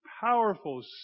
powerful